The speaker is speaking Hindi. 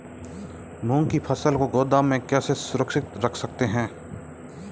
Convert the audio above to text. मूंग की फसल को गोदाम में कैसे सुरक्षित रख सकते हैं?